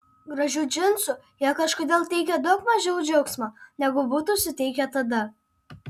gražių džinsų jie kažkodėl teikia daug mažiau džiaugsmo negu būtų suteikę tada